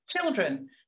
children